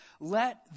let